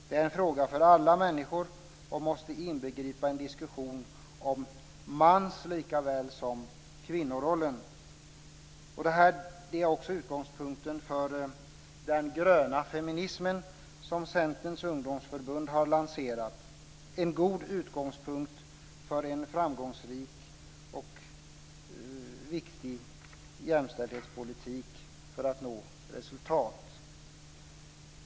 Det är en fråga för alla människor och måste inbegripa en diskussion om mans likaväl som kvinnorollen. Detta är också utgångspunkten för den gröna feminism som Centerns ungdomsförbund har lanserat - en god utgångspunkt för en framgångsrik och riktig jämställdhetspolitik för att man ska nå resultat.